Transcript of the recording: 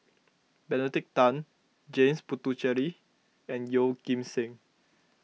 Benedict Tan James Puthucheary and Yeoh Ghim Seng